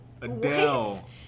Adele